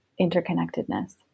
interconnectedness